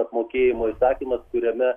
apmokėjimo įstatymas kuriame